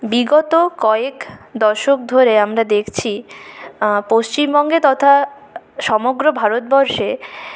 বিগত কয়েক দশক ধরে আমরা দেখছি পশ্চিমবঙ্গে তথা সমগ্র ভারতবর্ষে